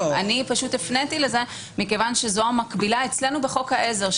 אני הפניתי לזה פשוט כי זאת המקבילה למה שיש לנו בחוק העזר,